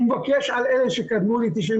הוא מבקש על אלה שקדמו ל-98',